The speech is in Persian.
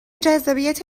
جذابیت